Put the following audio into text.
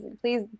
please